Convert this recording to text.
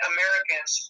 Americans